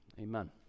Amen